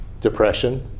depression